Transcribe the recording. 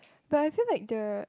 but I feel like the